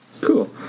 cool